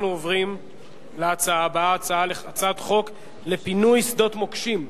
אנחנו עוברים להצעה הבאה: הצעת חוק לפינוי שדות מוקשים,